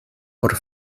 por